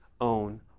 own